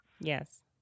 Yes